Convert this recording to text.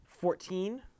Fourteen